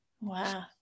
Wow